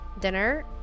dinner